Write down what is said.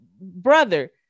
brother